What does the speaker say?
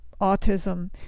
autism